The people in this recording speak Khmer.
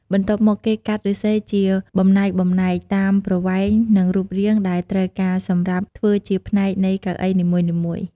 បន្ទាប់មក គេកាត់ឫស្សីជាបំណែកៗ តាមប្រវែងនិងរូបរាងដែលត្រូវការសម្រាប់ធ្វើជាផ្នែកនៃកៅអីនីមួយៗ។